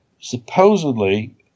supposedly